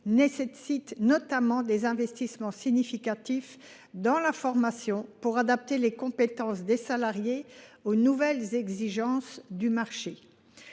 exige notamment des investissements significatifs dans la formation pour adapter les compétences des salariés aux nouvelles exigences du marché.